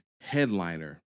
headliner